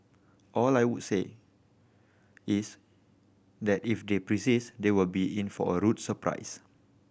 all I will say is that if they persist they will be in for a rude surprise